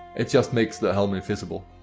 it just makes the helm invisible.